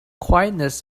quietness